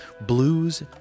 Blues